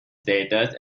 status